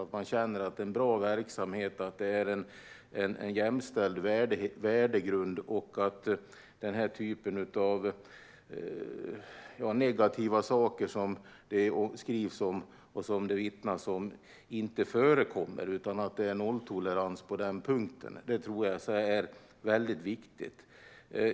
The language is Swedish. Man ska känna att det är en bra verksamhet, att det finns en jämställd värdegrund och att den sortens negativa saker som det skrivs och vittnas om inte förekommer. Man ska känna att det är nolltolerans på den punkten. Det tror jag är viktigt.